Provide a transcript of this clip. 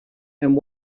and